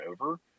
over